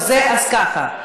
אז ככה,